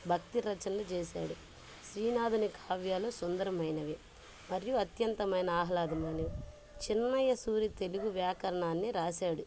భక్తి రచనలు చేశాడు శ్రీనాధుని కావ్యాలు సుందరమైనవి మరియు అత్యంతమైన ఆహ్లాదమైనవి చిన్నయ్య సూరి తెలుగు వ్యాకరణాన్ని రాశాడు